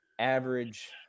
average